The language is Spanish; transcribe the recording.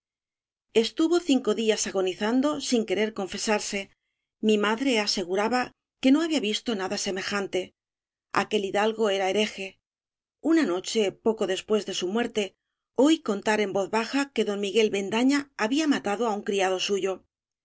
estuvo cinco días agonizan do sin querer confesarse mi madre asegu raba que no había visto nada semejante aquel hidalgo era hereje una noche poco después de su muerte oí contar en voz baja que don miguel bendaña había matado á un criado suyo